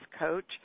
coach